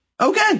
Okay